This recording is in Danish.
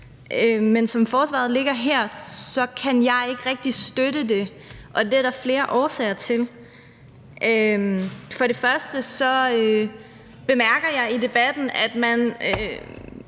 Men som forslaget ligger her, kan jeg ikke rigtig støtte det, og det er der flere årsager til. For det første bemærker jeg, at man